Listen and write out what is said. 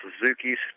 Suzuki's